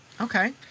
Okay